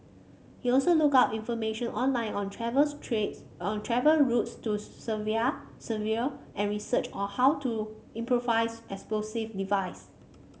he also looked up information online on travel's trees on travel routes to Syria and researched how to improvised explosive device